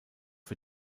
für